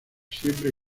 siempre